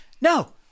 No